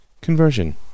conversion